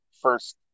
first